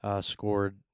scored –